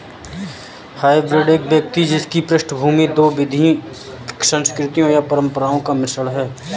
hybrid एक व्यक्ति जिसकी पृष्ठभूमि दो विविध संस्कृतियों या परंपराओं का मिश्रण है